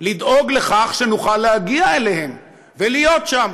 לדאוג לכך שנוכל להגיע אליהם ולהיות שם,